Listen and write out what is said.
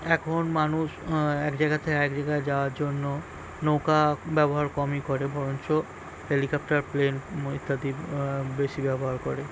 এখন মানুষ এক জায়গার থেকে আরেক জায়গায় যাওয়ার জন্য নৌকা ব্যবহার কমই করে বরঞ্চ হেলিকপ্টার প্লেন ইত্যাদি বেশি ব্যবহার করে